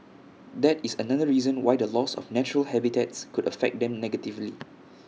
that is another reason why the loss of natural habitats could affect them negatively